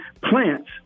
plants